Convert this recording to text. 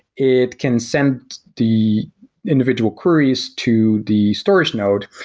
it can send the individual queries to the storage node,